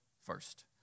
First